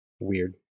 weird